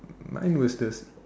mine was the